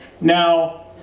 Now